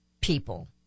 people